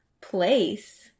place